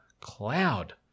cloud